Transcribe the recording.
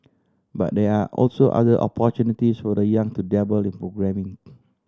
but there are also other opportunities for the young to dabble in programming